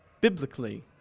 biblically